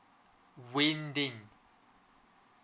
win ding